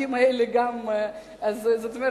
הבקבוקים האלה של אבקת הכביסה.